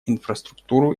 инфраструктуру